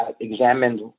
examined